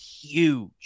huge